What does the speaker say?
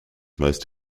most